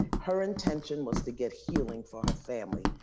her intention was to get healing for her family.